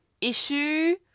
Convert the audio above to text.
issue